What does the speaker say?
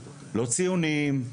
לא ציונים,